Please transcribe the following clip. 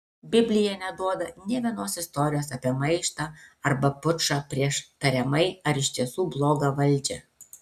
biblija neduoda nė vienos istorijos apie maištą arba pučą prieš tariamai ar iš tiesų blogą valdžią